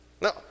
No